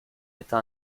età